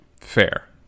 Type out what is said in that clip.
Fair